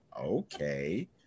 okay